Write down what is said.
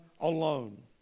alone